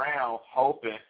hoping